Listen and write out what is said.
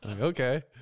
Okay